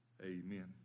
Amen